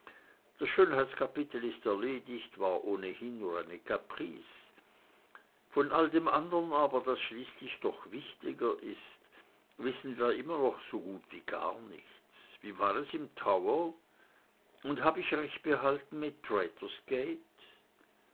das schönheitskapitel ist erledigt war ohnehin nur caprice von all dem andern aber das schließlich doch wichtiger ist wissen wir noch immer so gut wie gar nichts wie war es im tower und hab ich recht behalten mit traitors gate